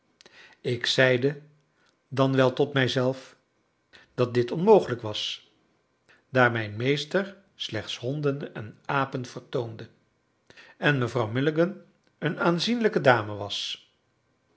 ik zeide dan wel tot mezelf dat dit onmogelijk was daar mijn meester slechts honden en apen vertoonde en mevrouw milligan een aanzienlijke dame was